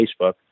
Facebook